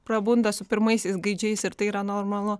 prabunda su pirmaisiais gaidžiais ir tai yra normalu